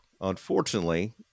unfortunately